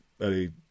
early